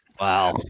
Wow